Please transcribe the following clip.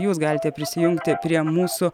jūs galite prisijungti prie mūsų